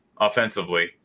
offensively